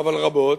אבל רבות,